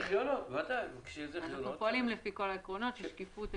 אנחנו פועלים לפי כל העקרונות של שקיפות,